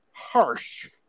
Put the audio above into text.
harsh